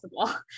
possible